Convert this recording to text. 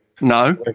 No